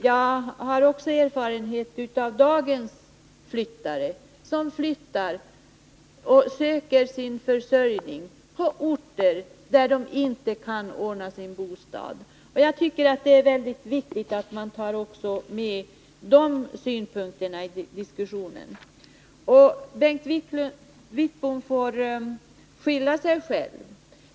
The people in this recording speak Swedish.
Jag har också erfarenhet av dagens flyttare som söker sin försörjning på orter där de inte kan ordna sin bostad. Jag tycker det är väldigt viktigt att ta med även dessa synpunkter i diskussionen. Bengt Wittbom får skylla sig själv.